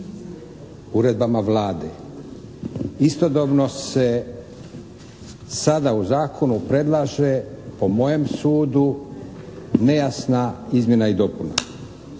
Uredbama Vlade. Istodobno se sada u Zakonu predlaže po mojem sudu nejasna izmjena i dopuna.